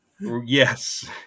Yes